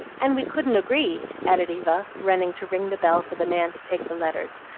and we couldn't agree, added eva, running to ring the bell for the man to take the letters,